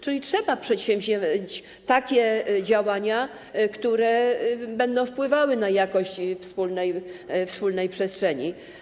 Czyli trzeba przedsięwziąć takie działania, które będą wpływały na jakość wspólnej przestrzeni.